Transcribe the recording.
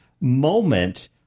moment